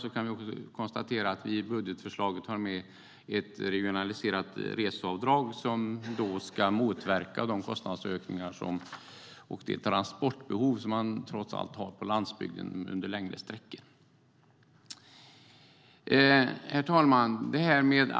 Då kan vi konstatera att vi i budgetförslaget har med ett regionaliserat reseavdrag som ska motverka de kostnadsökningar som finns i och med det transportbehov som man har på landsbygden - det är längre sträckor. Herr talman!